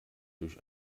durch